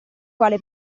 quale